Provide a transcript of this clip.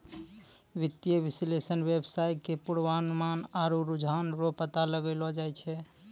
वित्तीय विश्लेषक वेवसाय के पूर्वानुमान आरु रुझान रो पता लगैलो जाय छै